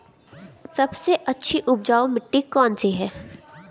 सबसे अच्छी उपजाऊ मिट्टी कौन सी है?